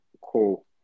Cool